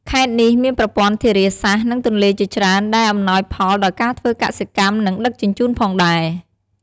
ខេត្តនេះមានប្រព័ន្ធធារាសាស្ត្រ និងទន្លេជាច្រើនដែលអំណោយផលដល់ការធ្វើកសិកម្ម និងដឹកជញ្ជូនផងដែរ។